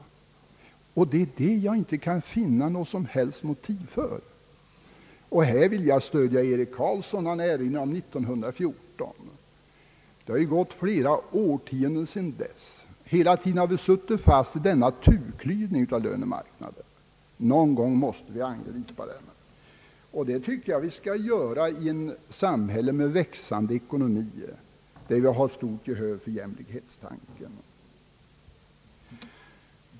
Detta kan jag inte finna något som helst motiv för. Jag vill stödja herr Eric GCarlsson när han erinrar om år 1914. Det har gått flera årtionden sedan dess, och hela tiden har vi suttit fast i denna klyvning av lönemarknaden i två delar. Någon gång måste vi angripa detta problem, och det tycker jag vi skall göra i ett samhälle med växande ekonomi och där vi har stort gehör för jämlikhetstanken.